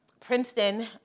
Princeton